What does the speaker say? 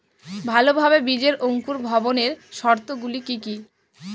ভালোভাবে বীজের অঙ্কুর ভবনের শর্ত গুলি কি কি?